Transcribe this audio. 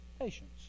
Patience